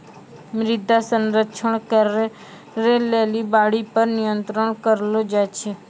मृदा संरक्षण करै लेली बाढ़ि पर नियंत्रण करलो जाय छै